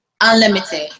Unlimited